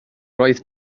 roedd